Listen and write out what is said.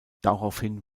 daraufhin